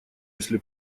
если